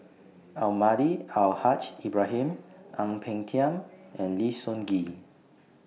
Almahdi Al Haj Ibrahim Ang Peng Tiam and Lim Sun Gee